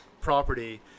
property